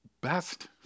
best